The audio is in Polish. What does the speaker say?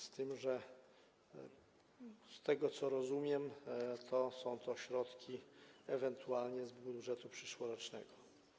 Z tym że z tego, co rozumiem, są to środki ewentualnie z budżetu przyszłorocznego.